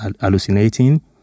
hallucinating